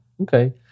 Okay